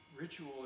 ritual